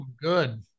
Good